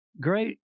great